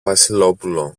βασιλόπουλο